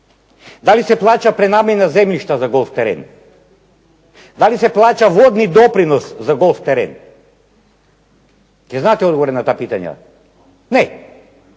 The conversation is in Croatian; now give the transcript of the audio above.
Da li se plaća prenamjena zemljišta za golf teren? Da li se plaća vodni doprinos za golf teren? Jel' znate odgovore na ta pitanja? Ne,